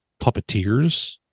puppeteers